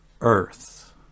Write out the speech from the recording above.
Earth